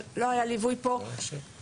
אבל לא היה פה ליווי, כלום.